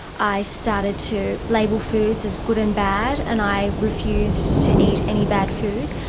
i started to label foods as good and bad and i refused to eat any bad food.